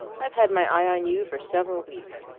i've had my eye on you for several weeks.